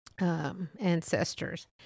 ancestors